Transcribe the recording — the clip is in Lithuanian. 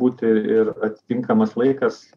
būti ir ir atitinkamas laikas